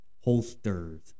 holsters